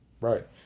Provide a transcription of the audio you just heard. right